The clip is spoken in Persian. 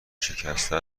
شکسته